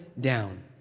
down